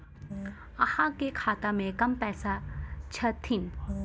अहाँ के खाता मे कम पैसा छथिन?